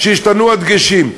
שהשתנו הדגשים.